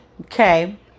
okay